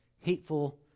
Hateful